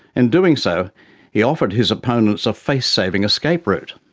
in doing so he offered his opponents a face-saving escape route.